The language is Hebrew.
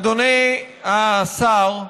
אדוני השר,